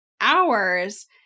hours